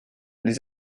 les